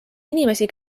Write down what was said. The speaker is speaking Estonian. inimesi